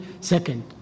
Second